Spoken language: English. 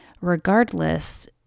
regardless